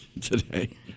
today